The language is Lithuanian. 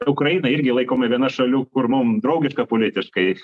ukraina irgi laikoma viena šalių kur mum draugiška politiškai